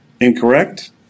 Incorrect